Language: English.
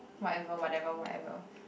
whatever whatever whatever